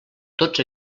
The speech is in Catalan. tots